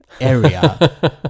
area